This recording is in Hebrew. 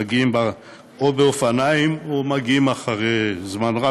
מגיעים באופניים או מגיעים אחרי זמן רב.